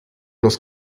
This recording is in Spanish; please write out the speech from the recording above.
los